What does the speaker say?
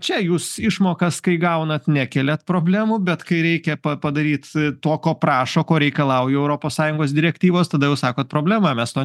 čia jūs išmokas kai gaunat nekeliat problemų bet kai reikia pa padaryt to ko prašo ko reikalauju europos sąjungos direktyvos tada jau sakot problema mes to